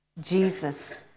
Jesus